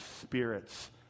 spirits